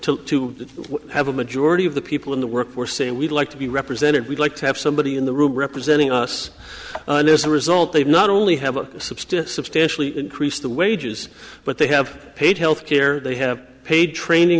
to to have a majority of the people in the work force say we'd like to be represented we'd like to have somebody in the room representing us as a result they not only have a substance substantially increased the wages but they have paid health care they have paid training